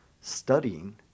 studying